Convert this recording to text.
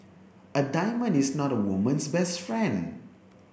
a diamond is not a woman's best friend